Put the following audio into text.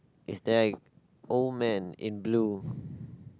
is there a old man in blue